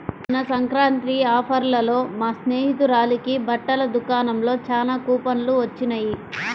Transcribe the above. మొన్న సంక్రాంతి ఆఫర్లలో మా స్నేహితురాలకి బట్టల దుకాణంలో చానా కూపన్లు వొచ్చినియ్